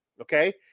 Okay